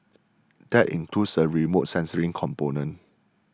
that includes a remote sensing component